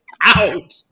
out